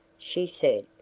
she said.